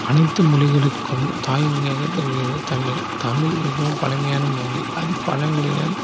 அனைத்து மொழிகளுக்கும் தாய்மொழியாகத் திகழ்கிறது தமிழ் தமிழ் மிகவும் பழமையான மொழி அது பழங்குடியினர்